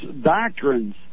doctrines